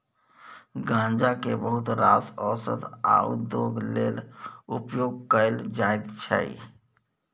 गांजा केँ बहुत रास ओषध आ उद्योग लेल उपयोग कएल जाइत छै